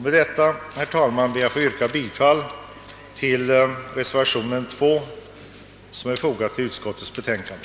Med detta, herr talman, ber jag att få yrka bifall till reservation 2 vid utskottets betänkande.